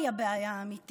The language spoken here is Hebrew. את הג'וב האמיתי